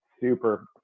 super